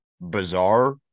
bizarre